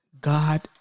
God